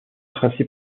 tracé